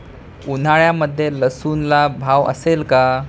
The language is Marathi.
उन्हाळ्यामध्ये लसूणला भाव असेल का?